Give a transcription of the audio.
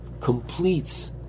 completes